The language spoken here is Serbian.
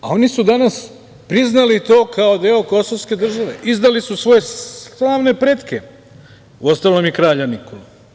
A oni su danas priznali to kao deo kosovske države, izdali su svoje pretke, uostalom, i kralja Nikolu.